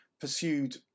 pursued